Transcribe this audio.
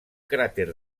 cràter